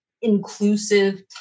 inclusive